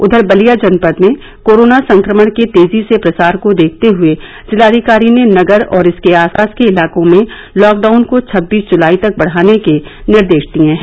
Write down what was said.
उधर बलिया जनपद में कोरोना संक्रमण के तेजी से प्रसार को देखते हए जिलाधिकारी ने नगर और इसके आसपास के इलाकों में लॉकडाउन को छब्बीस जुलाई तक बढ़ाने के निर्देश दिए हैं